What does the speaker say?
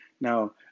Now